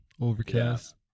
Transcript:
overcast